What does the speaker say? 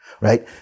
Right